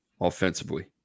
offensively